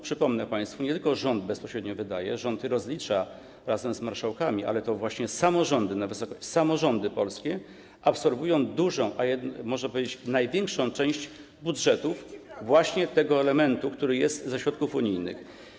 Przypomnę państwu: nie tylko rząd bezpośrednio wydaje, rząd to rozlicza razem z marszałkami, ale to właśnie samorządy polskie absorbują dużą - a można powiedzieć: największą - część budżetów właśnie tego elementu, który jest ze środków unijnych.